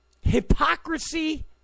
hypocrisy